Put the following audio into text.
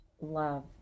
love